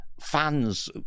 fans